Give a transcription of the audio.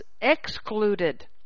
excluded